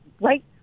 Right